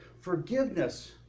forgiveness